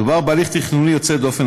מדובר בהליך תכנוני יוצא דופן,